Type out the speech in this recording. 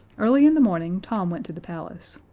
early in the morning tom went to the palace.